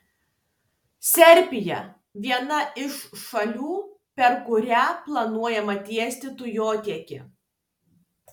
serbija viena iš šalių per kurią planuojama tiesti dujotiekį